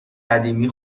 قدیمی